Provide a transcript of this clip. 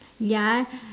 ya